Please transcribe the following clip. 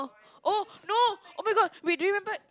oh no oh-my-god wait do you remember